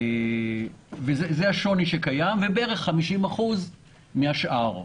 זה השוני שקיים, ובערך 50% מהשאר,